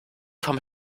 vom